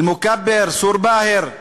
אל-מוכבר, צור-באהר.